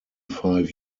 five